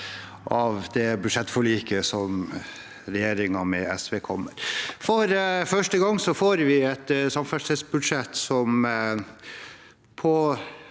av det budsjettforliket som regjeringen, med SV, kommer med. For første gang får vi et samferdselsbudsjett som på